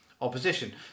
opposition